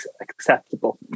acceptable